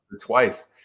twice